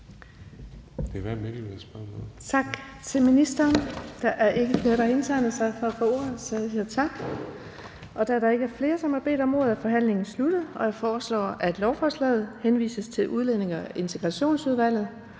Tak til ministeren. Der er ikke flere, der har indtegnet sig. Da der ikke er flere, der har bedt om ordet, er forhandlingen sluttet. Jeg foreslår, at lovforslaget henvises til Udlændinge- og Integrationsudvalget.